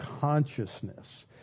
consciousness